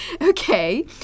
Okay